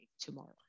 tomorrow